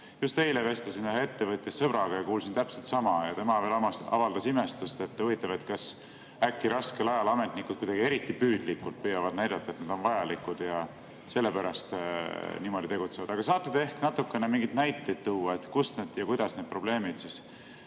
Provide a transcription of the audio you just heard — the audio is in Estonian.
Just eile vestlesin ühe ettevõtjast sõbraga ja kuulsin täpselt sama. Tema lausa avaldas imestust, et huvitav, kas äkki raskel ajal ametnikud kuidagi eriti püüdlikult püüavad näidata, et nad on vajalikud, ja selle pärast niimoodi tegutsevad. Aga saate te ehk natukene mingeid näiteid tuua, kuidas need probleemid on